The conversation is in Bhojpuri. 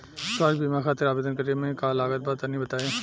स्वास्थ्य बीमा खातिर आवेदन करे मे का का लागत बा तनि बताई?